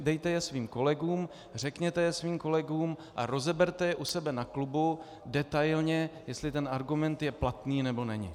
Dejte je svým kolegům, řekněte je svým kolegům a rozeberte je u sebe na klubu detailně, jestli ten argument je platný, nebo není.